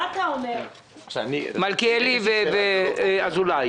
מלכיאלי ואזולאי,